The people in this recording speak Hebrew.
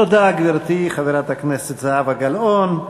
תודה, גברתי, חברת הכנסת זהבה גלאון.